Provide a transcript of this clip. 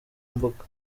mbuga